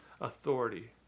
authority